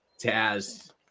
Taz